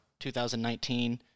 2019